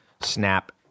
Snap